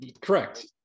Correct